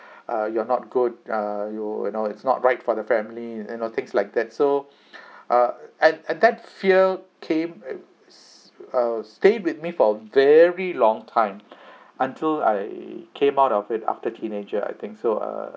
uh you're not good err you you know it's not right for the family you know things like that so uh and and that fear came uh s~ uh stayed with me for a very long time until I came out of it after teenager I think so uh